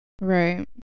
Right